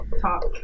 talk